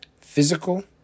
physical